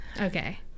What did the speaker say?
Okay